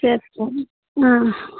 చేస్తాను